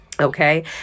Okay